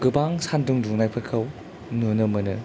गोबां सानदुं दुंनायफोरखौ नुनो मोनो